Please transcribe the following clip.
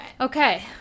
Okay